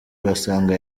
basanga